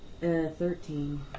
thirteen